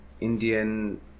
indian